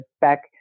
back